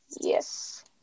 Yes